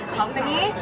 company